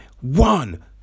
One